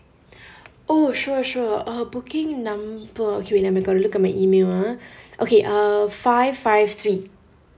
oh sure sure uh booking number okay wait let me go to look at my email ah okay uh five five three